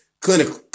clinical